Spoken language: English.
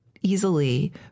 easily